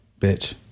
bitch